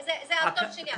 זה התור שלי עכשיו.